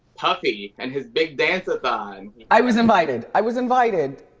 puffy and his big dance-a-thon. i was invited, i was invited.